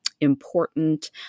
important